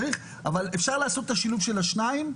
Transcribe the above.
אבל אפשר לעשות את השילוב של השניים,